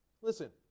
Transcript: Listen